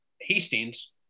Hastings